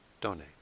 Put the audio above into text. donate